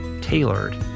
tailored